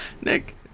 Nick